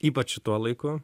ypač šituo laiku